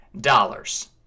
dollars